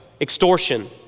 extortion